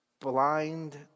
Blind